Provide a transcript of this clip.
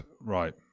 Right